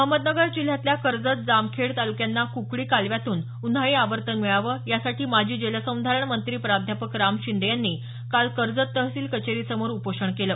अहमदनगर जिल्ह्यातल्या कर्जत जामखेड तालुक्यांना कुकडी कालव्यातून उन्हाळी आवर्तन मिळावं यासाठी माजी जलसंधारण मंत्री प्राध्यापक राम शिंदे यांनी काल कर्जत तहसील कचेरीसमोर उपोषण केलं